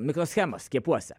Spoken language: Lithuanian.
mikroschemą skiepuose